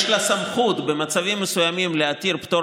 יש לה סמכות במצבים מסוימים להתיר פטור